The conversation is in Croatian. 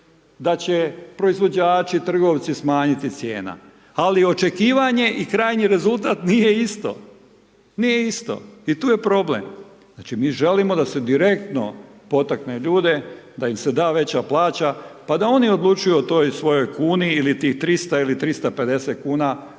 da će proizvođači, trgovci smanjiti cijene ali očekivanje i krajnji rezultat, nije isto. Nije isto i tu je problem. Znači mi želimo da se direktno potakne ljude, da im se da veće plaća pa da oni odlučuju o toj svojoj kuni ili tih 300 ili 350 kuna